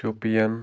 Shopian